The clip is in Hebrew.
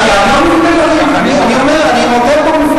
אני לא מבין בדלקים.